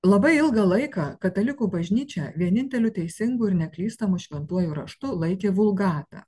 labai ilgą laiką katalikų bažnyčia vieninteliu teisingu ir neklystamu šventuoju raštu laikė vulgatą